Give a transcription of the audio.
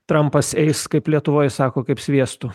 trampas eis kaip lietuvoj sako kaip sviestu